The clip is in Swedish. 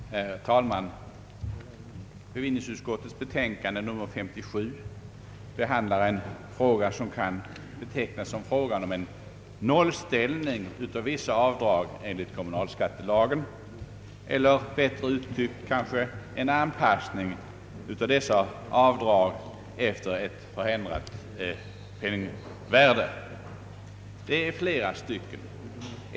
Herr talman! Bevillningsutskottets betänkande nr 57 behandlar frågan om nollställning av vissa avdrag enligt kommunalskattelagen, eller bättre uttryckt: en anpassning av dessa avdrag efter ett förändrat penningvärde. Det gäller här flera avdrag.